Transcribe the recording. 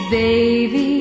baby